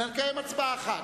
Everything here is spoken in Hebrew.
אלא נקיים הצבעה אחת.